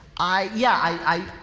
i, yeah, i,